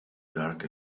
dark